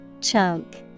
Chunk